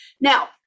Now